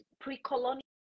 pre-colonial